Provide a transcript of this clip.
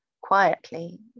quietly